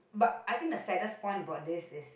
but I think the saddest point about this is